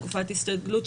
תקופת ההסתגלות,